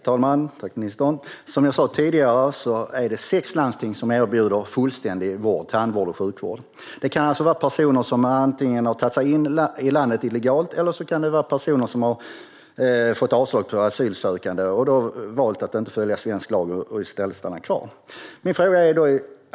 Herr talman! Som jag sa tidigare är det sex landsting som erbjuder fullständig tandvård och sjukvård. Detta kan gälla personer som antingen har tagit sig in i landet illegalt eller har fått avslag på asylansökan och valt att inte följa svensk lag utan i stället stanna kvar.